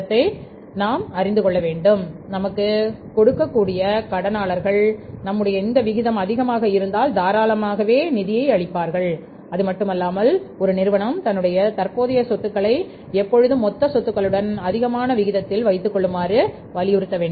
இதன் மூலம் நாம் அறிவது என்னவென்றால் நமக்கு கொடுக்கக்கூடிய கடனா ளர்கள் நம்முடைய இந்த விகிதம் அதிகமாக இருந்தால் தாராளமாக நிதியை அளி ப்பார்கள் அதுமட்டுமல்லாமல் ஒரு நிறுவனம் தன்னுடைய தற்போதைய சொத்துக்களை எப்பொழுதும் மொத்த சொத்துக்களுடன் அதிகமான விகிதத்தில் வைத்துக் கொள்ளுமாறு வலியுறுத்த வேண்டும்